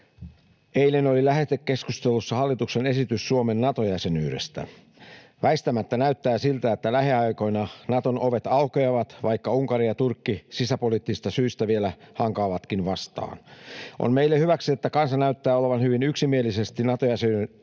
Eilen oli lähetekeskustelussa hallituksen esitys Suomen Nato-jäsenyydestä. Väistämättä näyttää siltä, että lähiaikoina Naton ovet aukeavat, vaikka Unkari ja Turkki sisäpoliittisista syistä vielä hankaavatkin vastaan. On meille hyväksi, että kansa näyttää olevan hyvin yksimielisesti Nato-jäsenyyden